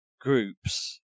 groups